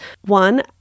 one